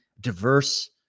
diverse